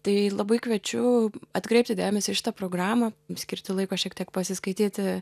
tai labai kviečiu atkreipti dėmesį į šitą programą skirti laiko šiek tiek pasiskaityti